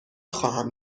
خواهم